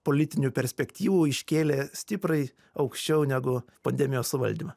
politinių perspektyvų iškėlė stipriai aukščiau negu pandemijos suvaldymą